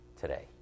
today